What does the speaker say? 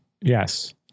Yes